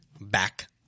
back